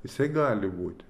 jisai gali būti